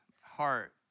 heart